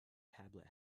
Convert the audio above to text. tablet